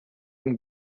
and